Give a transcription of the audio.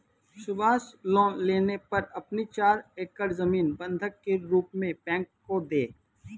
Subhash loan लेने पर अपनी चार एकड़ जमीन बंधक के रूप में बैंक को दें